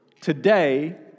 today